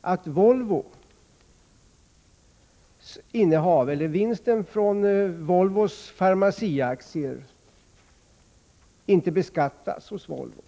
att vinsten från Volvos Pharmaciaaktier inte beskattas hos Volvo?